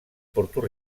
porto